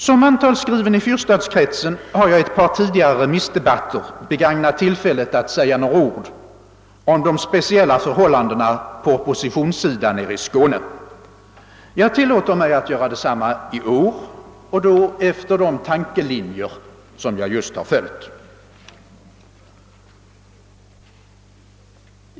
Som mantalsskriven i fyrstadskretsen har jag i ett par tidigare remissdebatter begagnat tillfället att säga några ord om de speciella förhållandena på oppositionssidan nere i Skåne. Jag tillåter mig att göra detsamma i år — och då efter de tankelinjer som jag just har följt.